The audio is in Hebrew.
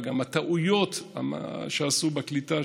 וגם הטעויות שעשו בקליטה,